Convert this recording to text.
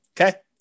Okay